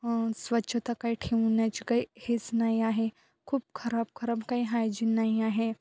स्वच्छता काही ठेवण्याची काही हेच नाही आहे खूप खराब खराब काही हायजीन नाही आहे